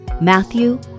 Matthew